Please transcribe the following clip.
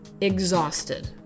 exhausted